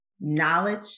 knowledge